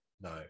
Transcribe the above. no